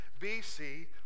bc